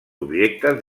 objectes